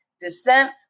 descent